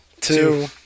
two